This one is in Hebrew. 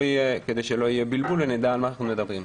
יהיה בלבול ונדע על מה אנחנו מדברים.